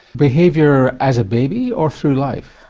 behaviour as a baby or through life?